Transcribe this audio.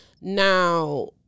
Now